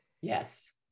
Yes